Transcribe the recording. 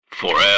Forever